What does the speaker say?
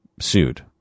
sued